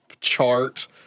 chart